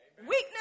Weakness